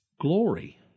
glory